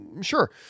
sure